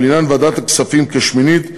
ולעניין ועדת הכספים כשמינית,